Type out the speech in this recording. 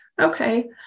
Okay